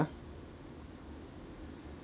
!huh!